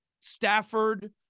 Stafford